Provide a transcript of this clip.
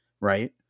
Right